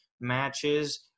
matches